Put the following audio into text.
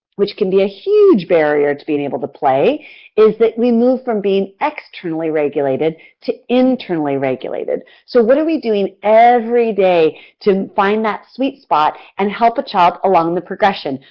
which can be a huge barrier to being able to play is that we move from being externally regulated to internally regulated. so what are we doing every to find that sweet spot and help a child along the progression,